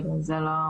בגלל זה לא.